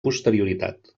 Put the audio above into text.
posterioritat